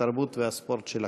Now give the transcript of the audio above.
התרבות והספורט של הכנסת.